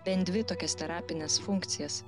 bent dvi tokias terapines funkcijas